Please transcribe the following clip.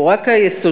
הוא רק היסודות,